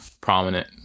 prominent